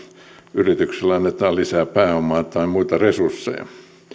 yritykselle annetaan lisää pääomaa tai muita resursseja